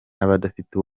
n’abadafite